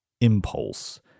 impulse